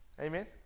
amen